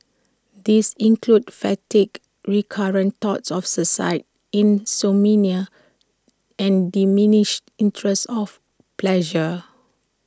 these include fatigue recurrent thoughts of suicide insomnia and diminished interest of pleasure